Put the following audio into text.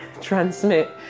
transmit